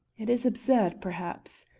it is absurd, perhaps,